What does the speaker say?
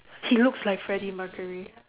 he looks like Freddie-Mercury